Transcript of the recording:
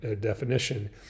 definition